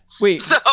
Wait